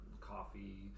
coffee